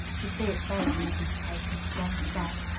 you see, it's very easy to take a wrong step.